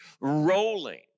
rolling